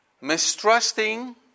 Mistrusting